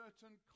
certain